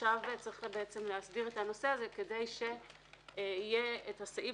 עכשיו צריך להסדיר את הנושא הזה כדי שתהיה תקנה